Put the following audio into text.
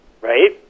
right